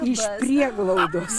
iš prieglaudos